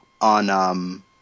on –